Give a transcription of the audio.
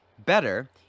better